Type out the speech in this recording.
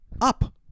up